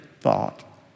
thought